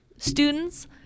students